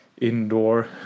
indoor